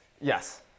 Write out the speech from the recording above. Yes